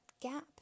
gap